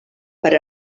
per